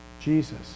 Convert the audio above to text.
Jesus